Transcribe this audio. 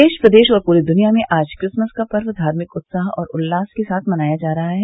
देश प्रदेश और पूरी दुनिया में आज क्रिसमस का पर्व धार्मिक उत्साह और उल्लास के साथ मनाया जा रहा है